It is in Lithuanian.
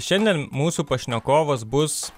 šiandien mūsų pašnekovas bus